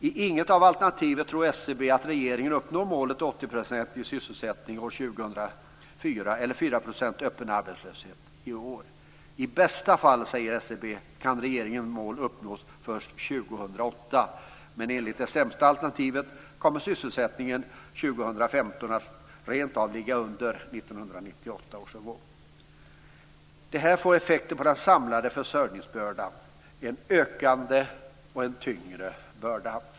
I inget av alternativen tror SCB att regeringen uppnår målet om en 80-procentig sysselsättning år 2004 eller 4 % öppen arbetslöshet i år. I bästa fall, säger SCB, kan regeringens mål uppnås först 2008, men enligt det sämsta alternativet kommer sysselsättningen år 2015 rentav att ligga under 1998 Det här får effekter på den samlade försörjningsbördan, en ökande och tyngre börda.